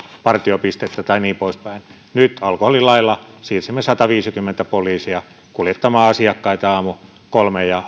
partiopistettä ja niin poispäin nyt alkoholilailla siirsimme sataviisikymmentä poliisia kuljettamaan asiakkaita aamukolmen ja